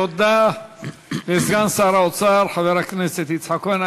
תודה לסגן שר האוצר חבר הכנסת יצחק כהן.